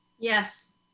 Yes